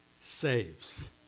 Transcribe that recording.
saves